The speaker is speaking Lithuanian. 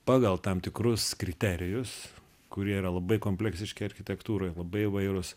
pagal tam tikrus kriterijus kurie yra labai kompleksiški architektūroj labai įvairūs